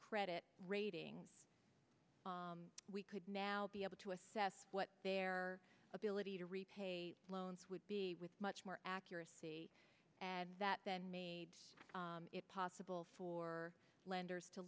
credit rating we could now be able to assess what their ability to repay loans would be with much more accuracy and that then made it possible for lenders to